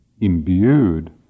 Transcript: imbued